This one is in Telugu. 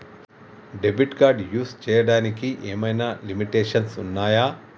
డెబిట్ కార్డ్ యూస్ చేయడానికి ఏమైనా లిమిటేషన్స్ ఉన్నాయా?